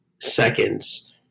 seconds